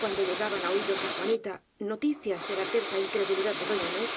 cuando llegaban á oídos de juanita noticias de la terca incredulidad de doña inés